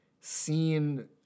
seen